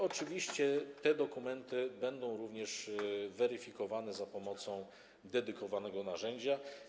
Oczywiście te dokumenty będą również weryfikowane za pomocą dedykowanego narzędzia.